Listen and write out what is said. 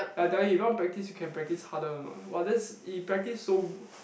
then I tell him you wanna practise you can practise harder or not !wah! that's he practise so